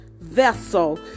vessel